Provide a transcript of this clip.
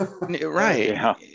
Right